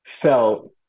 felt